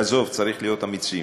עזוב, צריך להיות אמיצים.